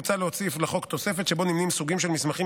מוצע להוסיף לחוק תוספת שבה נמנים סוגים של מסמכים